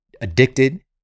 addicted